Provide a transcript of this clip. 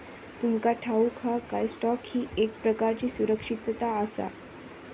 तुमका ठाऊक हा काय, स्टॉक ही एक प्रकारची सुरक्षितता आसा?